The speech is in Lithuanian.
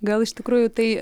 gal iš tikrųjų tai